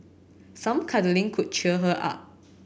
some cuddling could cheer her up